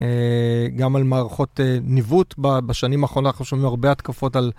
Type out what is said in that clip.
גם על מערכות ניווט בשנים האחרונות אנחנו שומעים הרבה התקפות על...